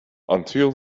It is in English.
until